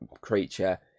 creature